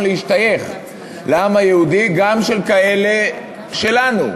להשתייך לעם היהודי גם של כאלה שלנו,